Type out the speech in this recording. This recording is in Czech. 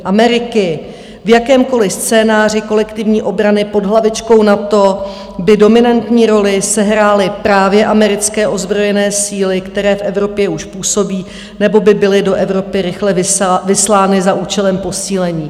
V jakémkoli scénáři kolektivní obrany pod hlavičkou NATO by dominantní roli sehrály právě americké ozbrojené síly, které v Evropě už působí nebo by byly do Evropy rychle vyslány za účelem posílení.